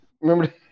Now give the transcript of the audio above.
Remember